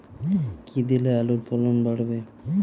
কী দিলে আলুর ফলন বাড়বে?